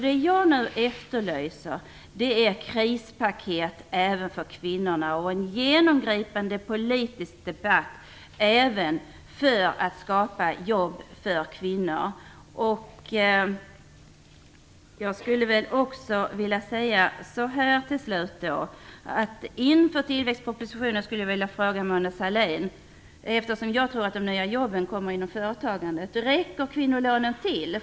Det jag nu efterlyser är krispaket även för kvinnorna och en genomgripande politisk debatt även för att skapa jobb för kvinnor. Sahlin, inför tillväxtpropositionen, eftersom jag tror att de nya jobben kommer inom företagandet: Räcker kvinnolönen till?